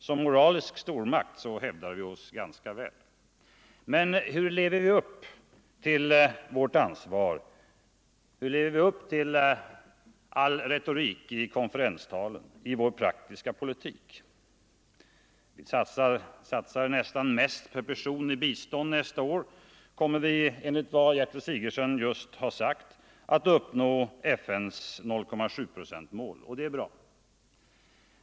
Som moralisk stormakt hävdar vi oss ganska väl. Men hur lever vi i vår praktiska politik upp till all retorik i konferenstalen? Vi satsar nästan mest per person i bistånd. Nästa år kommer vi enligt vad fru Sigurdsen just har sagt att uppnå FN:s 0,7-procentsmål. Det är bra.